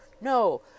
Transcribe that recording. No